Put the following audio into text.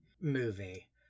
movie